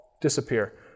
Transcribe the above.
disappear